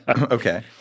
Okay